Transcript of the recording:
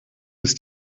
ist